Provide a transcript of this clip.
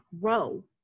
grow